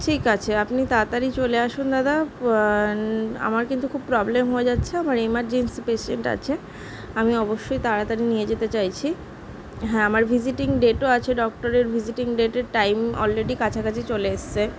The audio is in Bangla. ঠিক আছে আপনি তাড়াতাড়ি চলে আসুন দাদা আমার কিন্তু খুব প্রবলেম হয়ে যাচ্ছে আমার এমারজেন্সি পেসেন্ট আছে আমি অবশ্যই তাড়াতাড়ি নিয়ে যেতে চাইছি হ্যাঁ আমার ভিসিটিং ডেটও আছে ডক্টরের ভিসিটিং ডেটের টাইম অলরেডি কাছাকাছি চলে এসেছে